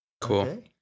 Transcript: cool